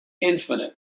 infinite